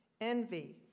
envy